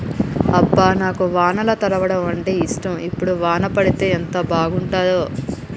అబ్బ నాకు వానల తడవడం అంటేఇష్టం ఇప్పుడు వాన పడితే ఎంత బాగుంటాడో